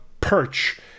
perch